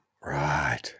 right